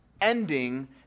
ending